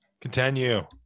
Continue